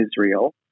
israel